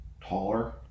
taller